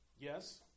Yes